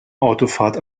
autofahrt